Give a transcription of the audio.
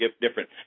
different